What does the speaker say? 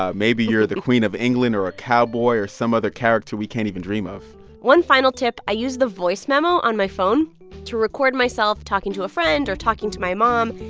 ah maybe you're the queen of england or a cowboy or some other character we can't even dream of one final tip i use the voice memo on my phone to record myself talking to a friend or talking to my mom.